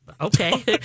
Okay